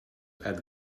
add